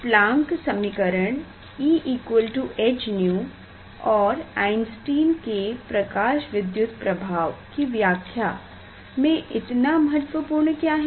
इस प्लांक समीकरण Eh𝛎 और आइंस्टाइन के प्रकाशविद्युत प्रभाव की व्याख्या में इतना महत्वपूर्ण क्या है